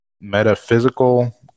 Metaphysical